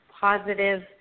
positive